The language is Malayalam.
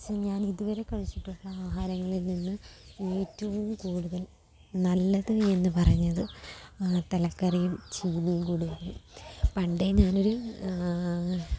സൊ ഞാൻ ഇതുവരെ കഴിച്ചിട്ടുള്ള ആഹാരങ്ങളിൽ നിന്ന് ഏറ്റവും കൂടുതൽ നല്ലത് എന്ന് പറഞ്ഞത് തലക്കറിയും ചീനിയും കൂടെയാണ് പണ്ടെ ഞാനൊരു